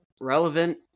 relevant